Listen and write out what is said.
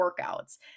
workouts